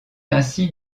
ainsi